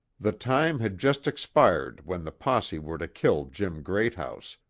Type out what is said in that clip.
the time had just expired when the posse were to kill jim greathouse,